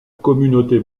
communauté